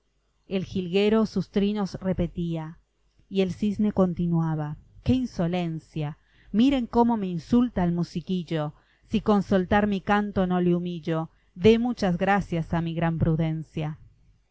el jilguero sus trinos repetía y el cisne continuaba qué insolencia miren cómo me insulta el musiquillo si con soltar mi canto no le humillo dé muchas gracias a mi gran prudencia